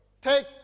Take